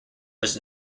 was